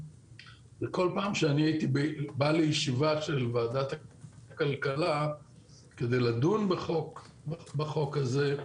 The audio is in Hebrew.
כל פעם שהייתי בא לישיבה של ועדת הכלכלה כדי לדון בחוק הזה,